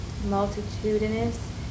multitudinous